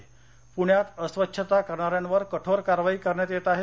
प्ण्यात अस्वच्छता करणाऱ्यांवर कठोर कारवाई करण्यात येत आहे